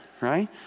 right